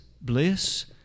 bliss